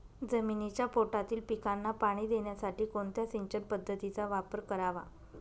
जमिनीच्या पोटातील पिकांना पाणी देण्यासाठी कोणत्या सिंचन पद्धतीचा वापर करावा?